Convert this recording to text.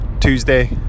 Tuesday